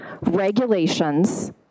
regulations